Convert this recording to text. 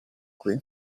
qui